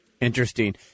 Interesting